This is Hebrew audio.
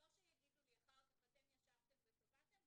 לא שיגידו לי אחר כך אתם ישבתם וקבעתם,